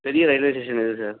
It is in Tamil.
பெரிய ரயில்வே ஸ்டேஷன் எது சார்